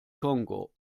kongo